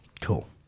Cool